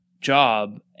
job